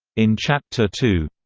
in chapter two,